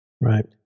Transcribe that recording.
Right